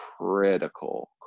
critical